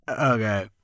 okay